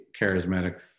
charismatic